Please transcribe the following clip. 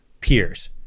peers